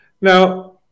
Now